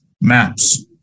maps